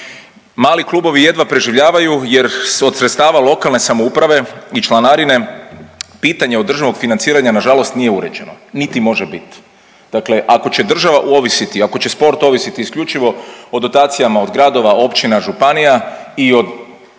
Mali klubovi jedva preživljavaju jer od sredstava lokalne samouprave i članarine pitanje održivog financiranja nažalost nije uređeno niti može biti. Dakle ako će država ovisiti, ako će sport ovisiti isključivo o dotacijama od gradova, općina, županija i od